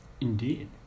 Indeed